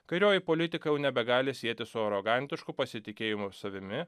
kairioji politika jau nebegali sieti su arogantišku pasitikėjimu savimi